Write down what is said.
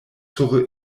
sur